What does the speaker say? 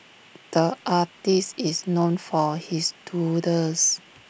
the artist is known for his doodles